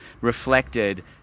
reflected